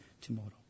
tomorrow